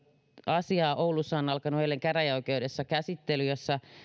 asiaa oulussa on alkanut eilen käräjäoikeudessa käsittely jossa